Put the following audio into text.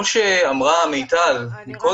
אני רק